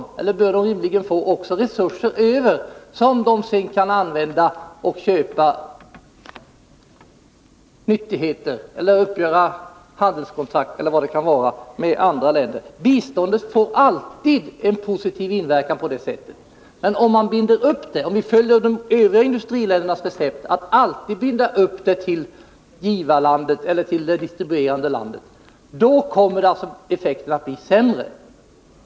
Landet bör då rimligen få resurser över, som kan användas för att köpa nyttigheter eller uppgöra handelskontrakt med andra länder. Biståndet får på det sättet alltid en positiv inverkan. Men om vi följer de övriga industriländernas recept att alltid binda upp biståndet till det distribuerande landet, kommer effekterna att bli sämre.